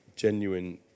genuine